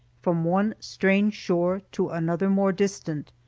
from one strange shore to another more distant,